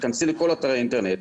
תיכנסי לכל אתרי האינטרנט,